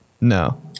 No